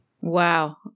Wow